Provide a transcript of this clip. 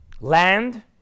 Land